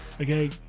okay